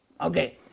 Okay